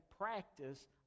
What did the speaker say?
practice